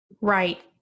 Right